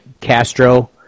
Castro